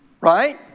Right